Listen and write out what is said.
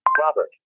Robert